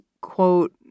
quote